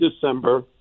December